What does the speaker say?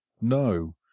no